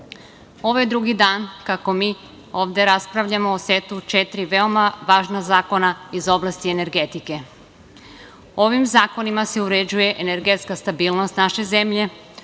ovo je drugi dan kako mi ovde raspravljamo o setu četiri veoma važna zakona iz oblasti energetike. Ovim zakonima se uređuje energetska stabilnost naše zemlje,